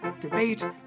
debate